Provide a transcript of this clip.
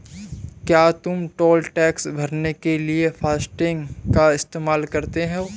क्या तुम toll tax भरने के लिए फासटेग का इस्तेमाल करते हो?